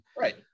right